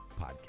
podcast